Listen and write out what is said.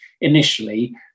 Initially